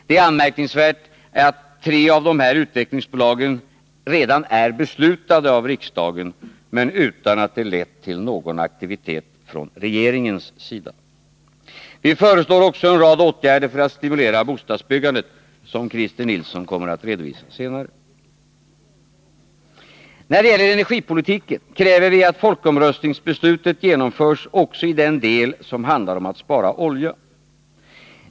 Det är f. ö. anmärkningsvärt att tre av de här utvecklingsbo 21 lagen redan är beslutade av riksdagen, utan att det lett till någon aktivitet från regeringens sida. Vi föreslår också en rad åtgärder för att stimulera bostadsbyggandet, som Christer Nilsson kommer att redovisa senare. När det gäller energipolitiken kräver vi att folkomröstningsbeslutet genomförs också i den del som handlar om att spara olja.